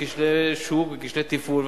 כשלי שוק וכשלי תפעול,